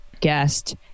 guest